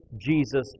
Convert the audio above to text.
Jesus